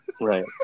right